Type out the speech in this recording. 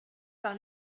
par